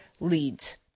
leads